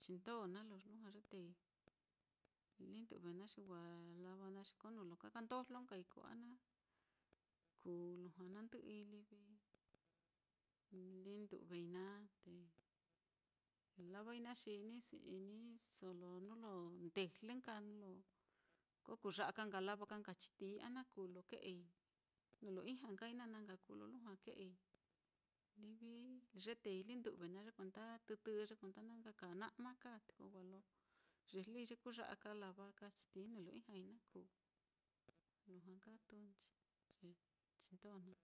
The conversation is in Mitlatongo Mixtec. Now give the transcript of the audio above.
chindo naá lo lujua yetei lindu've naá, xi wa lava na xi ko nuu lo kaka ndojlo nkai kuu a na kuu lujua na ndɨ'ɨi livi lindu'vei naá, te lavai naá xi i-iniso lo nuu lo ndejlɨ nka nu lo ko kú ya'a ka nka lava chitií a na kuu lo ke'ei, nuu lo ijña nkai naá na nka kuu lo lujua ke'ei, livi yetei lindu've naá ye kuenda tɨtɨ, ye kuenda na nka kaa na'ma kaa, te ko wa lo yejlɨi ye kú ya'a lavaka chitií nuu lo ijñai naá kuu lujua nka tuunchi ye chindo naá.